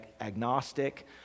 agnostic